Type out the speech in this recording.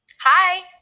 Hi